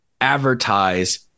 advertise